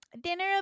Dinner